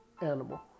animal